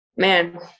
Man